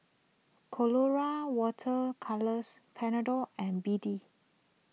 Colora Water Colours Panadol and B D